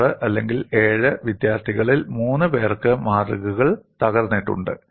6 അല്ലെങ്കിൽ 7 വിദ്യാർത്ഥികളിൽ 3 പേർക്ക് മാതൃകകൾ തകർന്നിട്ടുണ്ട്